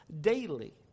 daily